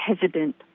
hesitant